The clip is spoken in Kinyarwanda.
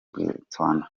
botswana